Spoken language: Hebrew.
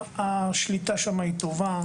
השליטה שם היא טובה.